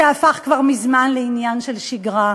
שהפך גם מזמן לעניין של שגרה.